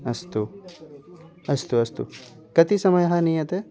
अस्तु अस्तु अस्तु कति समयः नीयते